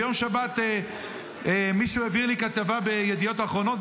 ביום שבת מישהו העביר לי כתבה בידיעות אחרונות,